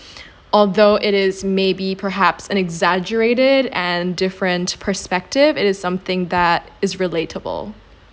although it is maybe perhaps an exaggerated and different perspective it is something that is relatable